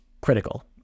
critical